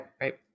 Right